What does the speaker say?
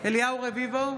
אליהו רביבו,